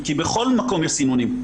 כי בכל מקום יש סינונים,